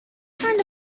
find